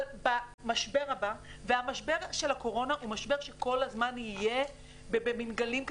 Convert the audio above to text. משבר הקורונה הוא משבר שכל הזמן יהיה בגלים,